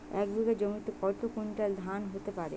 এক বিঘা জমিতে কত কুইন্টাল ধান হতে পারে?